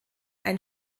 ein